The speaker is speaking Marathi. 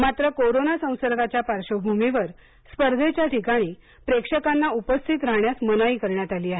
मात्र कोरोना संसर्गाच्या पार्श्वभूमीवर स्पर्धेच्या ठिकाणी प्रेक्षकांना उपस्थित राहण्यास मनाई करण्यात आली आहे